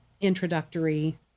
introductory